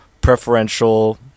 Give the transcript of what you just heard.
preferential